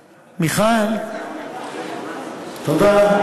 מיכל, תודה.